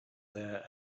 there